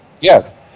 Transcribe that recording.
Yes